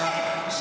משיבולת,